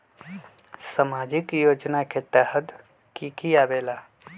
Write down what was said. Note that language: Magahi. समाजिक योजना के तहद कि की आवे ला?